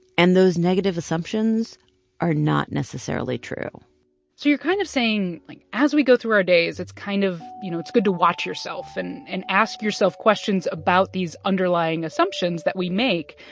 and those negative assumptions are not necessarily true so you're kind of saying like as we go through our days it's kind of, you know, it's good to watch yourself and and ask yourself questions about these underlying assumptions that we make,